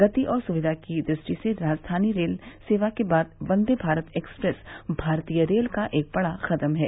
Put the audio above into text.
गति और सुविधा की दृष्टि से राजधानी रेल सेवा के बाद वन्दे भारत एक्सप्रेस भारतीय रेल का एक बड़ा कदम है